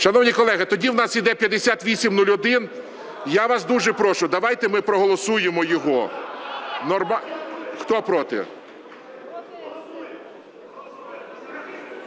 Шановні колеги, тоді у нас йде 5801. Я вас дуже прошу, давайте ми проголосуємо його. Хто проти?